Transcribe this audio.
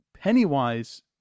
Pennywise